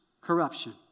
corruption